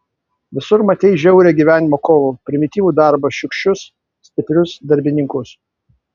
visur matei žiaurią gyvenimo kovą primityvų darbą šiurkščius stiprius darbininkus